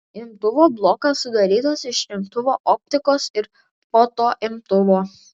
imtuvo blokas sudarytas iš imtuvo optikos ir fotoimtuvo